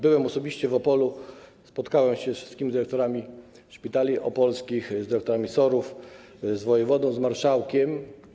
Byłem osobiście w Opolu, spotkałem się ze wszystkimi dyrektorami szpitali opolskich, z dyrektorami SOR-ów, z wojewodą, z marszałkiem.